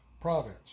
province